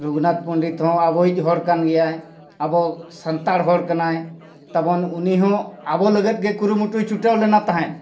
ᱨᱚᱜᱷᱩᱱᱟᱛᱷ ᱯᱚᱱᱰᱤᱛ ᱦᱚᱸ ᱟᱵᱚᱭᱤᱡᱽ ᱦᱚᱲ ᱠᱟᱱ ᱜᱮᱭᱟᱭ ᱟᱵᱚ ᱥᱟᱱᱛᱟᱲ ᱦᱚᱲ ᱠᱟᱱᱟᱭ ᱛᱟᱵᱚᱱ ᱩᱱᱤ ᱦᱚᱸ ᱟᱵᱚ ᱞᱟᱹᱜᱤᱫ ᱜᱮ ᱠᱩᱨᱩᱢᱩᱴᱩᱭ ᱪᱷᱩᱴᱟᱹᱣ ᱞᱮᱱᱟ ᱛᱟᱦᱮᱸᱫ